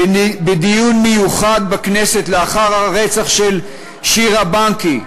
בדיון מיוחד בכנסת לאחר הרצח של שירה בנקי,